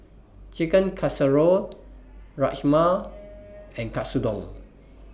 Chicken Casserole Rajma and Katsudon